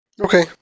Okay